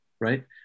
right